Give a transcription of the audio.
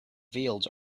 fields